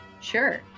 Sure